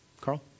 Carl